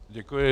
Děkuji.